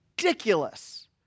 ridiculous